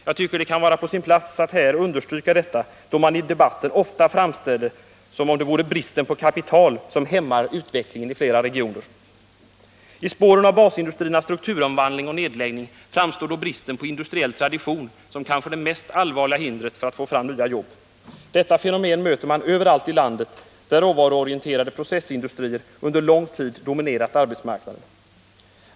Jag tycker att det kan vara på sin plats att här understryka detta, då man i debatten ofta framställer det som om det är bristen på kapital som hämmar utvecklingen i flera regioner. I spåren av basindustriernas strukturomvandling och nedläggning framstår bristen på industriell tradition som kanske det mest allvarliga hindret för att få fram nya jobb. Detta fenomen möter man överallt i landet, där råvaruorienterade processindustrier under lång tid dominerat arbetsmarknaden.